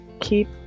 keep